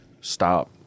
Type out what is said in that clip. stop